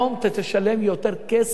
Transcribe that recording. אתה תשלם יותר כסף